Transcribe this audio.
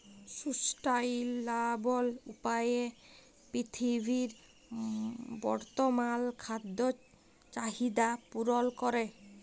sustainable উপায়ে পীরথিবীর বর্তমাল খাদ্য চাহিদ্যা পূরল ক্যরে